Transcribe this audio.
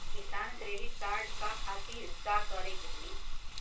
किसान credit card खातिर का करे के होई?